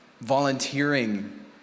Volunteering